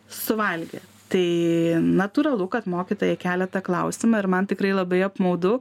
suvalgė tai natūralu kad mokytojai kelia tą klausimą ir man tikrai labai apmaudu